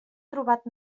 trobat